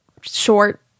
short